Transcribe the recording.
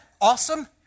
awesome